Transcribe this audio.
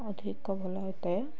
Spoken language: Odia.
ଅଧିକ ଭଲ ହୋଇଥାଏ